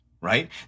right